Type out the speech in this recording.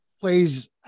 plays